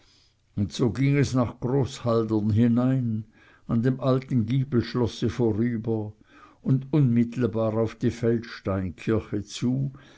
und so ging es nach groß haldern hinein an dem alten giebelschlosse vorüber und unmittelbar auf die feldsteinkirche zu